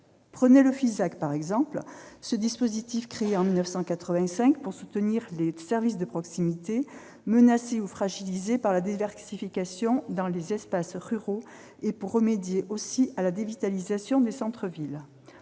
Prenons l'exemple du FISAC. Ce dispositif a été créé en 1985 pour soutenir les services de proximité, menacés ou fragilisés par la désertification dans les espaces ruraux et pour remédier aussi à la dévitalisation des centres-villes.